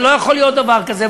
זה לא יכול להיות, דבר כזה.